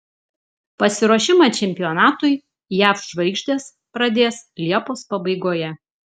pasiruošimą čempionatui jav žvaigždės pradės liepos pabaigoje